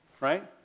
right